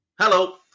Hello